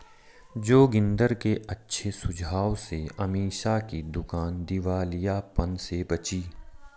जोगिंदर के अच्छे सुझाव से अमीषा की दुकान दिवालियापन से बची